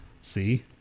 See